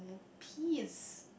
peas